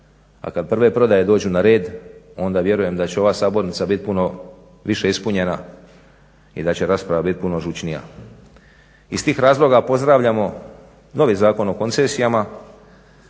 a kad prve prodaje dođu na red onda vjerujem da će ova sabornica biti puno više ispunjena i da će rasprava biti puno žučnija. Iz tih razloga pozdravljamo novi Zakon o koncesijama,